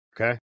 okay